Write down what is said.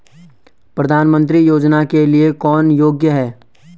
प्रधानमंत्री योजना के लिए कौन योग्य है?